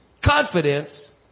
confidence